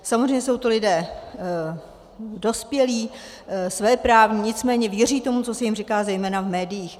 Samozřejmě jsou to lidé dospělí, svéprávní, nicméně věří tomu, co se jim říká zejména v médiích.